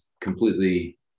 completely